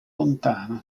lontano